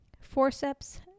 Forceps